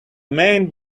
main